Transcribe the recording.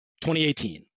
2018